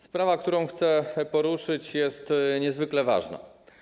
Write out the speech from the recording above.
Sprawa, którą chcę poruszyć, jest niezwykle ważna.